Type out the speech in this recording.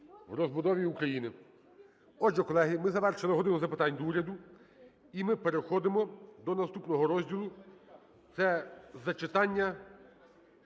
в розбудові України. Отже, колеги, ми звершили "годину запитань до Уряду". І ми переходимо до наступного розділу – це зачитання